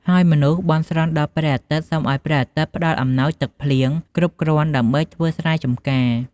ហើយមនុស្សបន់ស្រន់ដល់ព្រះអាទិត្យសុំឱ្យព្រះអាទិត្យផ្តល់អំណោយទឹកភ្លៀងគ្រប់គ្រាន់ដើម្បីធ្វើស្រែចម្ការ។